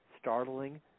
startling